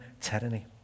tyranny